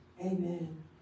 Amen